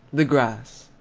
the grass.